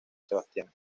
sebastián